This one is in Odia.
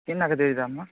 କେନ୍ତା ଦେଇ ଦାମ୍ ଗା